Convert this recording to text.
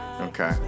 Okay